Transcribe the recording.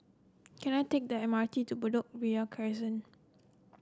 can I take the M R T to Bedok Ria Crescent